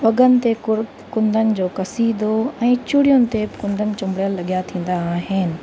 वॻनि ते कु कुंदन जो कसीदो ऐं चुड़ियुनि ते बि कुंदन चुंबड़ियल लॻियल थींदा आहिनि